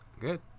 Good